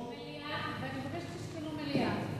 מליאה, ואני מבקשת שתשקלו מליאה.